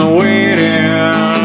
waiting